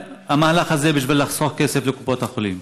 3. האם המהלך הזה הוא בשביל לחסוך כסף לקופות החולים?